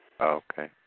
Okay